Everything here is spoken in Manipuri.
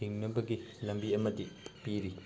ꯍꯤꯡꯅꯕꯒꯤ ꯂꯝꯕꯤ ꯑꯃꯗꯤ ꯄꯤꯔꯤ